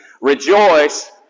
Rejoice